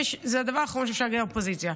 זה הדבר האחרון שאפשר להגיד על האופוזיציה.